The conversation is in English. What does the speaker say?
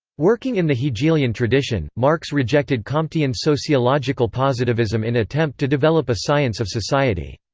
working in the hegelian tradition, marx rejected comtean sociological positivism in attempt to develop a science of society.